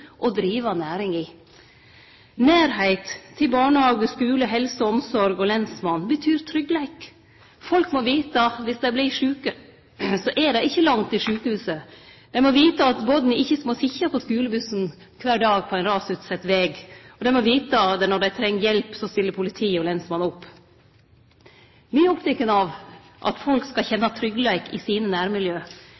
og drive næringsverksemd i. Nærleik til barnehage, skule, helse- og omsorgstenester og lensmann betyr tryggleik. Folk må vite at om dei vert sjuke, er det ikkje langt til sjukehuset, dei må vite at barna ikkje må sitje på skulebussen kvar dag på ein rasutsett veg, og dei må vite at når dei treng hjelp, stiller politi og lensmann opp. Me er opptekne av at folk skal